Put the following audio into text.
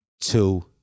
two